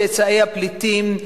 צאצאי הפליטים,